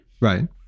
right